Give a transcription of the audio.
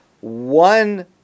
one